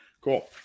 Cool